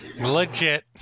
Legit